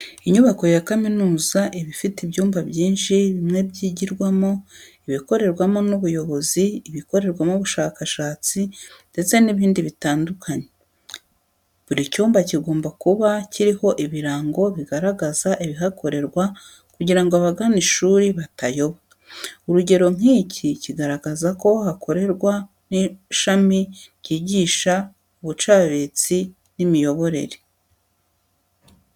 Inyubako ya kaminuza iba ifite ibyumba byinshi bimwe byigirwamo, ibikorerwamo n'ubuyobozi, ibikorerwamo ubushakashatsi ndetse n'ibindi bitandukanye. Buri cyumba kigomba kuba kiriho ibirango bigaragaza ibihakorerwa kugira ngo abagana ishuri batayoba. Urugero nk'iki kigaragaza ko hakorerwa n'ishami ryigisha ubucabitsi n'imiyoborere.